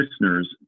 listeners